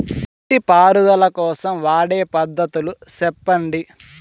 నీటి పారుదల కోసం వాడే పద్ధతులు సెప్పండి?